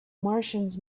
martians